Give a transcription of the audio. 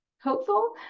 hopeful